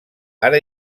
ara